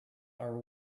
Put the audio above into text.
are